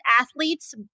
athletes